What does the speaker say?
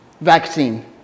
Vaccine